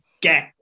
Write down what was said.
get